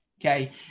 okay